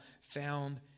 found